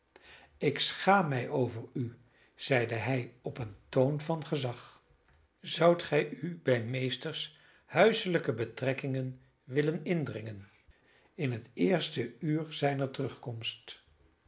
ik schaam mij over u zeide hij op een toon van gezag zoudt gij u bij meesters huiselijke betrekkingen willen indringen in het eerste uur zijner terugkomst